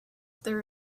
there